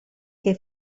che